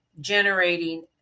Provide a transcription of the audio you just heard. generating